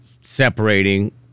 Separating